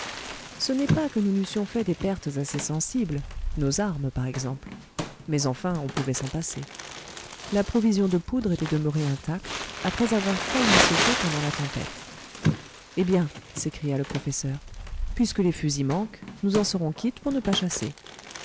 ce n'est pas que nous n'eussions fait des pertes assez sensibles nos armes par exemple mais enfin on pouvait s'en passer la provision de poudre était demeurée intacte après avoir failli sauter pendant la tempête eh bien s'écria le professeur puisque les fusils manquent nous en serons quittes pour ne pas chasser